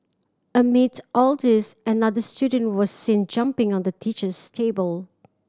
amid all this another student was seen jumping on the teacher's table